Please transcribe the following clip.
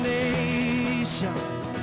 nations